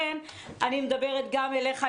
אני מדברת גם אליך,